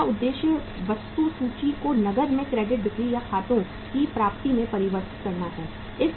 इसका उद्देश्य वस्तु सूची को नकद में क्रेडिट बिक्री या खातों की प्राप्ति में परिवर्तित करना है